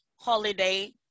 holiday